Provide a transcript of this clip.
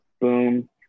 boom